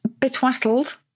Betwattled